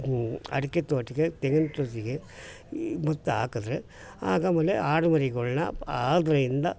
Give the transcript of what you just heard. ಅಡಿಕೆ ತೋಟಕ್ಕೆ ತೆಂಗಿನ ಸಸಿಗೆ ಈ ಮತ್ತು ಹಾಕಿದ್ರೆ ಆಗ ಆಮೇಲೆ ಆಡು ಮರಿಗಳ್ನ ಆದ್ರೆಯಿಂದ